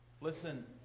Listen